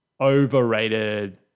overrated